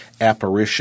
apparition